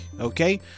Okay